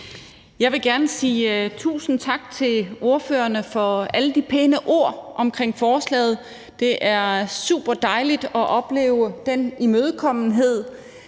Jeg vil gerne sige tusind tak til ordførerne for alle de pæne ord omkring forslaget; det er superdejligt at opleve den imødekommenhed